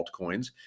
altcoins